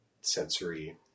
sensory